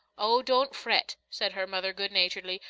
oh, don't fret, said her mother, good naturedly,